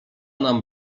nam